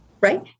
right